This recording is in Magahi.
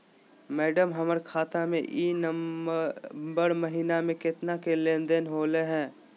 मैडम, हमर खाता में ई नवंबर महीनमा में केतना के लेन देन होले है